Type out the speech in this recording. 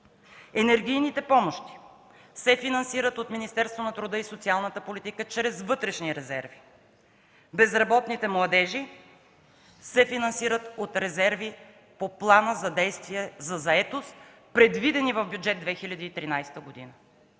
Енергийните помощи се финансират от Министерството на труда и социалната политика чрез вътрешни резерви. Безработните младежи се финансират от резерви по Плана за действие за заетост, предвидени в Бюджет 2013 г.